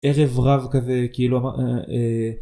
ערב רב כזה כאילו.